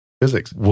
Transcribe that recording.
Physics